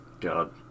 god